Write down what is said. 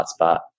hotspot